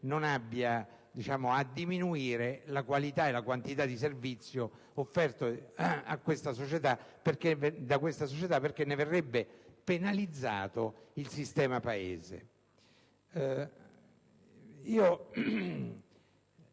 non abbia a diminuire la qualità e la quantità di servizio offerto da questa società, perché ne verrebbe penalizzato il sistema Paese.